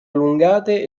allungate